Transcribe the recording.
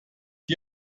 die